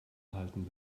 halten